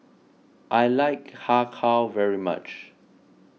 I like Har Kow very much